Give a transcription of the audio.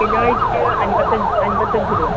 കിലോയ്ക്ക് അൻപത്തഞ്ച് അൻപത്തഞ്ച് രൂപ